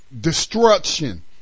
destruction